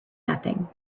nothing